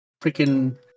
Freaking